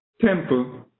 temple